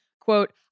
quote